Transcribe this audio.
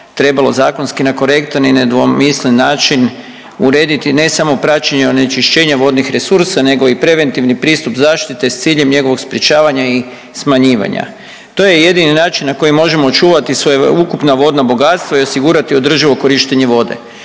trebalo zakonski na korektan i nedvomislen način urediti ne samo praćenje onečišćenja vodnih resursa nego i preventivni pristup zaštite s ciljem njegovog sprječavanja i smanjivanja. To je jedini način na koji možemo očuvati sveukupna vodna bogatstva i osigurati održivo korištenje vode.